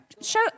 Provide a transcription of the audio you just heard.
show